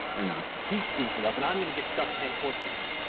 they're not. he screws it up, and i'm gonna get stuck paying court fees.